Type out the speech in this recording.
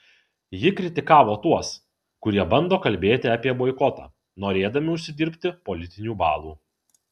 ji kritikavo tuos kurie bando kalbėti apie boikotą norėdami užsidirbti politinių balų